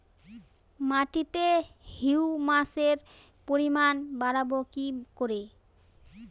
মাটিতে হিউমাসের পরিমাণ বারবো কি করে?